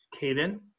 Caden